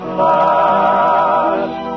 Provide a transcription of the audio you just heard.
last